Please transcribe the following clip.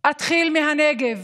אתחיל מהנגב,